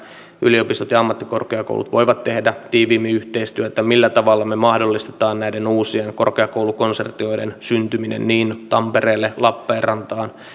yliopistot ja ammattikorkeakoulut voivat tehdä tiiviimmin yhteistyötä millä tavalla me mahdollistamme näiden uusien korkeakoulukonsortioiden syntymisen niin tampereelle lappeenrantaan kuin